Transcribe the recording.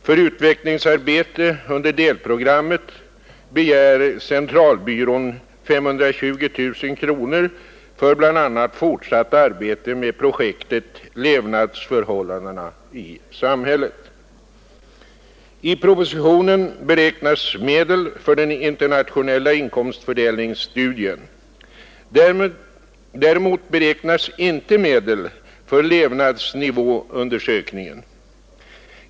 För utvecklingsarbete under delprogrammet begär centralbyrån 520000 kronor för bl.a. fortsatt arbete med projektet levnadsförhållandena i samhället. I propositionen beräknas medel för den internationella inkomst fördelningsstudien. Däremot beräknas inte medel för levnadsnivåundersökningen.